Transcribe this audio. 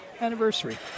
anniversary